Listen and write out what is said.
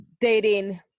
dating